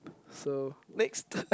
so next